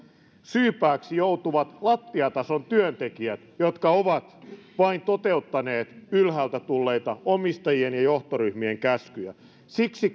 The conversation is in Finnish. syypääksi joutuvat lattiatason työntekijät jotka ovat vain toteuttaneet ylhäältä tulleita omistajien ja johtoryhmien käskyjä siksi